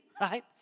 right